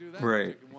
right